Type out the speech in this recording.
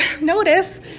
notice